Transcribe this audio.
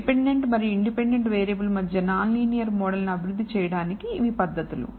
dependent మరియు independent variable మధ్య non linear model ని అభివృద్ధి చేయడానికి ఇవి పద్ధతులు